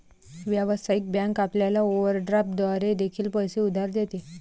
व्यावसायिक बँक आपल्याला ओव्हरड्राफ्ट द्वारे देखील पैसे उधार देते